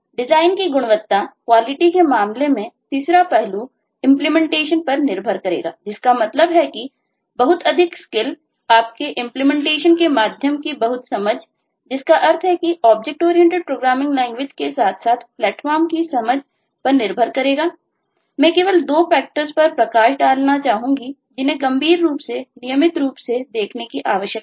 design की गुणवत्ताक्वालिटी पर प्रकाश डालना चाहूंगा जिन्हें गंभीर रूप से नियमित रूप से देखने की आवश्यकता है